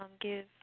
give